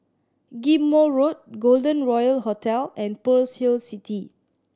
Ghim Moh Road Golden Royal Hotel and Pearl's Hill City